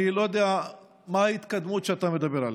אני לא יודע מה ההתקדמות שאתה מדבר עליה.